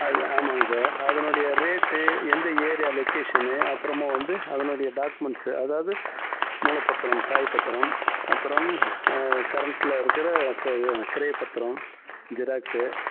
அதுதான் ஆமாங்க சார் அதனுடைய ரேட்டு எந்த ஏரியா லொக்கேஷனு அப்புறமா வந்து அதனுடைய டாக்குமெண்ட்ஸ் அதாவது மூலப் பத்தரம் தாய்ப் பத்தரம் அப்புறம் கரண்டில் இருக்கிற கிரயப் பத்திரம் ஜெராக்ஸு